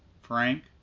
Frank